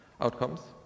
outcomes